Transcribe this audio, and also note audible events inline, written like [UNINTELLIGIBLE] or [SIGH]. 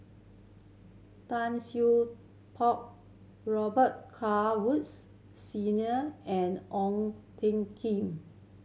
Tan [UNINTELLIGIBLE] Poh Robet Carr Woods Senior and Ong Ting Kim